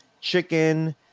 chicken